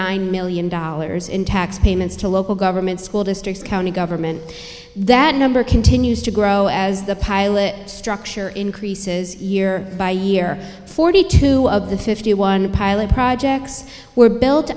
nine million dollars in tax payments to local governments school districts county government that number continues to grow as the pilot structure increases year by year forty two of the fifty one pilot projects were built